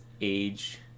age